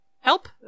help